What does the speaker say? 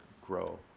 grow